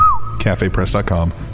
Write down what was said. CafePress.com